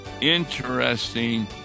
interesting